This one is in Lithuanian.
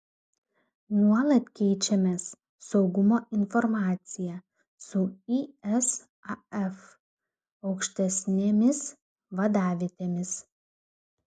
nuolat keičiamės saugumo informacija su isaf aukštesnėmis vadavietėmis